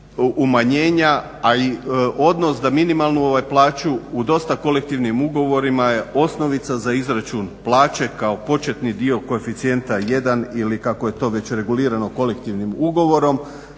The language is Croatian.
umanjenja, a i odnos da minimalnu plaću u dosta kolektivnih ugovora je osnovica za izračun plaće kao početni dio koeficijenta 1,00 ili kako je to već regulirano kolektivnim ugovorom